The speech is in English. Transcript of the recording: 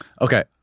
Okay